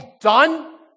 done